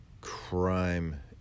crime